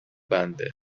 بنده